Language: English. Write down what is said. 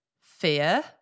fear